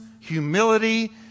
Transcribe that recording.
humility